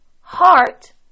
heart